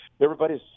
everybody's